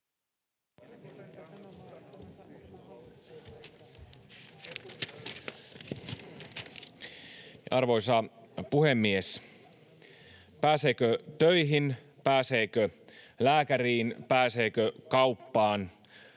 Arvoisa puhemies! Pääseekö töihin? Pääseekö lääkäriin? Pääseekö kauppaan?